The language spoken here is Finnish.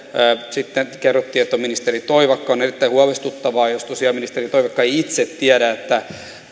sitten kerrottiin että se on ministeri toivakka on on erittäin huolestuttavaa jos tosiaan ministeri toivakka ei itse tiedä että